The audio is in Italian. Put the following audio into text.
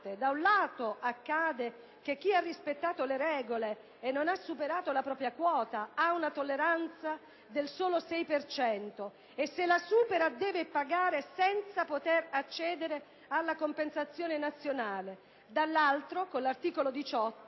da un lato accade che chi ha rispettato le regole e non ha superato la propria quota ha una tolleranza del solo 6 per cento, e se la supera deve pagare, senza poter accedere alla compensazione nazionale; dall'altro lato, con l'articolo 18